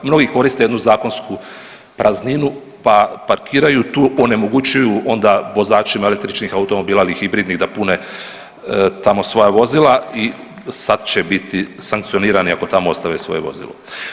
Mnogi koriste jednu zakonsku prazninu pa parkiraju tu, onemogućuju onda vozačima električnih automobila ili hibridnih da pune tamo svoja vozila i sad će biti sankcionirani ako tamo ostave svoje vozilo.